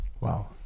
Wow